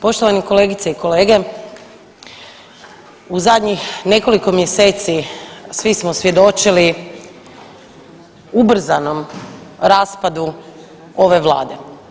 Poštovane kolegice i kolege, u zadnjih nekoliko mjeseci svi smo svjedočili ubrzanom raspadu ove vlade.